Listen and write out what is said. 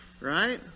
Right